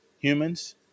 humans